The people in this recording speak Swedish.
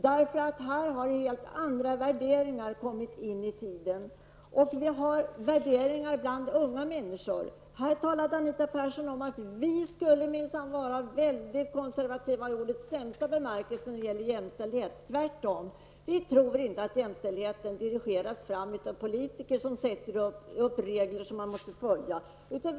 Det har kommit till nya värderingar, framför allt hos unga människor. Anita Persson sade att vi moderater skulle vara väldigt konservativa i ordets sämsta bemärkelse när det gäller jämställdheten. Tvärtom, men vi tror inte att jämställdheten dirigeras fram av politiker som sätter upp regler som människor måste följa.